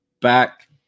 back